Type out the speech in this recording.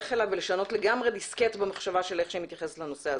להיערך אליו ולשנות לגמרי דיסקט במחשבה של איך שהיא מתייחסת לנושא הזה.